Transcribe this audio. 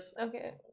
okay